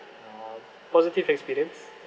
uh positive experience